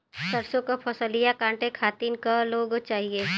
सरसो के फसलिया कांटे खातिन क लोग चाहिए?